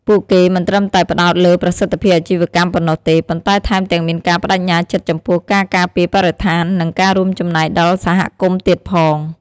ពួកគេមិនត្រឹមតែផ្តោតលើប្រសិទ្ធភាពអាជីវកម្មប៉ុណ្ណោះទេ ប៉ុន្តែថែមទាំងមានការប្ដេជ្ញាចិត្តចំពោះការការពារបរិស្ថាន និងការរួមចំណែកដល់សហគមន៍ទៀតផង។